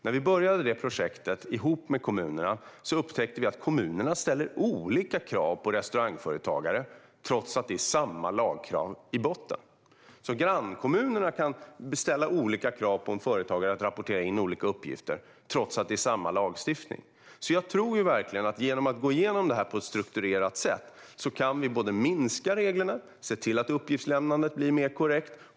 När vi tillsammans med kommunerna påbörjade detta projekt upptäckte vi att kommunerna ställer olika krav på restaurangföretagare, trots att det är samma lagkrav i botten. Grannkommunerna kan alltså ställa olika krav på företagare att rapportera in olika uppgifter, trots att det är samma lagstiftning. Jag tror verkligen att vi genom att gå igenom detta på ett strukturerat sätt både kan minska antalet regler och se till att uppgiftslämnandet blir mer korrekt.